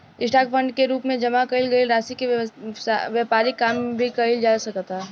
stock fund के रूप में जामा कईल गईल राशि से व्यापारिक काम भी कईल जा सकता